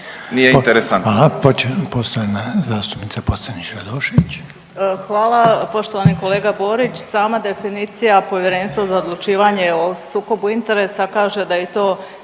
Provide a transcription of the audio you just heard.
Anita (HDZ)** Hvala. Poštovani kolega Borić, sama definicija Povjerenstva za odlučivanje o sukobu interesa kaže da je to